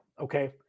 okay